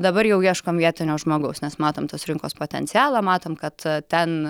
dabar jau ieškom vietinio žmogaus nes matom tos rinkos potencialą matom kad ten